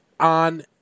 on